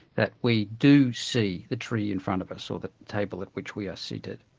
that we do see the tree in front of us, or the table at which we are seated.